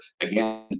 again